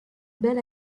bel